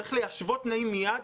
צריך להשוות תנאים מייד,